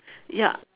ya